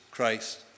Christ